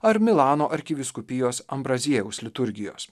ar milano arkivyskupijos ambraziejaus liturgijos